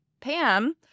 Pam